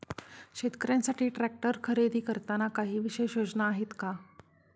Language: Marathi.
शेतकऱ्यांसाठी ट्रॅक्टर खरेदी करताना काही विशेष योजना आहेत का?